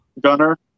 Gunner